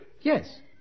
Yes